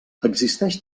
existeix